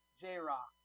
J-Rock